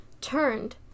turned